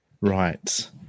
right